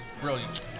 brilliant